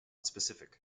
specific